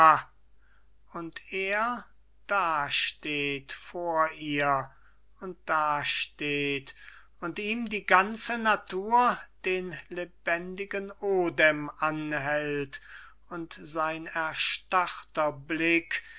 und er dasteht vor ihr und dasteht und ihm die ganze natur den lebendigen odem anhält und sein erstarrter blick